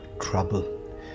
trouble